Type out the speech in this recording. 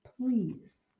please